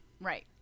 Right